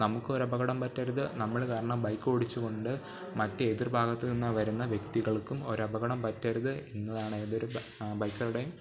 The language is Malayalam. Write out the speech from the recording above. നമുക്ക് ഒരു അപകടം പറ്റരുത് നമ്മൾ കാരണം ബൈക്ക് ഓടിച്ചുകൊണ്ട് മറ്റ് എതിർ ഭാഗത്തു നിന്ന് വരുന്ന വ്യക്തികൾക്കും ഒരു അപകടം പറ്റരുത് എന്നതാണ് ഏതൊരു ബൈക്കറുടെയും